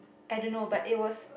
I don't know but it was